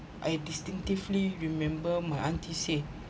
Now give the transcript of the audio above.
I distinctively remember my aunty say